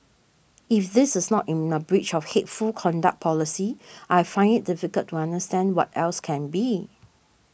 if this is not in a breach of hateful conduct policy I find it difficult to understand what else can be